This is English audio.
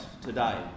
today